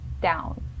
down